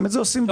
גם את זה עושים.